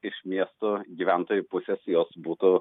iš miesto gyventojų pusės jos būtų